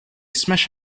smash